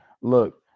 look